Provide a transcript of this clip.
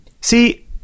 See